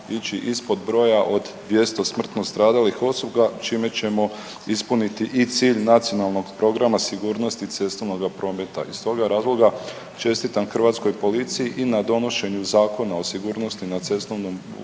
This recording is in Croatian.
ići ispod broja od 200 smrtno stradalih osoba čime ćemo ispuniti i cilj Nacionalnog programa sigurnosti cestovnoga prometa. Iz toga razloga čestitam hrvatskoj policiji i na donošenju Zakona o sigurnosti u cestovnom prometu